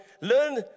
Learn